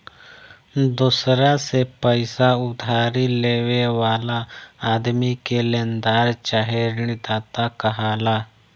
दोसरा से पईसा उधारी लेवे वाला आदमी के लेनदार चाहे ऋणदाता कहाला